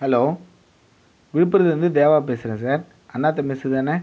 hello விழுப்புரத்தில் இருந்து தேவா பேசுறேன் சார் அண்ணாத்தே மெஸ் தானே